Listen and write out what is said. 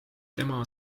tema